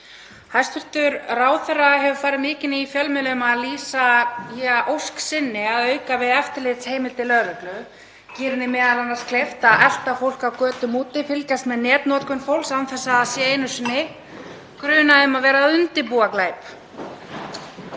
Hæstv. ráðherra hefur farið mikinn í fjölmiðlum að lýsa þeirri ósk sinni að auka við eftirlitsheimildir lögreglu, gera henni m.a. kleift að elta fólk á götum úti og fylgjast með netnotkun fólks án þess að það sé einu sinni grunað um að vera að undirbúa glæp,